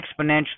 exponentially